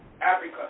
Africa